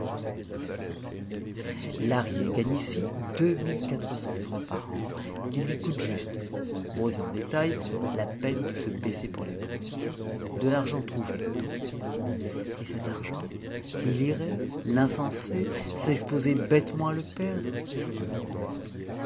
raisonnons lahrier gagne ici deux mille quatre cents francs par an qui lui coûtent juste en gros et en détail la peine de se baisser pour les prendre de l'argent trouvé autant dire et cet argent il irait l'insensé s'exposer bêtement à le perdre allons donc